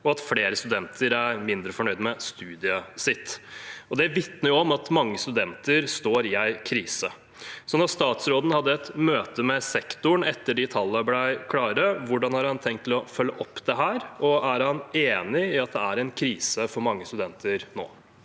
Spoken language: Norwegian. og at flere studenter er mindre fornøyd med studiet sitt. Det vitner om at mange studenter står i en krise. Statsråden hadde et møte med sektoren etter at disse tallene ble klare, og jeg lurer på hvordan han tenkt å følge opp dette. Er han enig i at det er en krise for mange studenter nå?